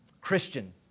Christian